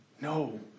No